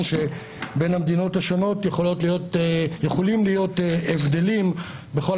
שבין המדינות השונות יכולים להיות הבדלים בכל